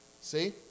See